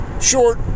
short